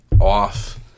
off